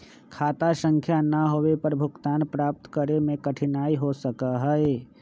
खाता संख्या ना होवे पर भुगतान प्राप्त करे में कठिनाई हो सका हई